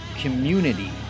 community